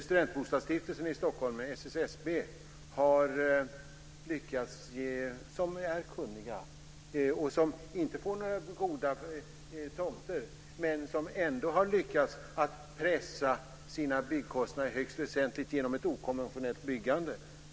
Studentbostadsstiftelsen i Stockholm, SSSB, där de är kunniga men inte får några tomter, har ändå lyckats pressa sina byggkostnader högst väsentligt genom ett okonventionellt byggande.